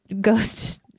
ghost